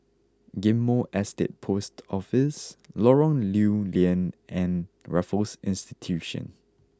Ghim Moh Estate Post Office Lorong Lew Lian and Raffles Institution